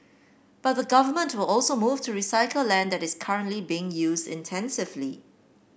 but the Government will also move to recycle land that is currently being used intensively